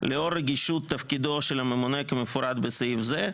"לאור רגישות תפקידו של הממונה כמפורט בסעיף זה",